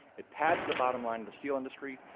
it pads the bottom line of the steel industry.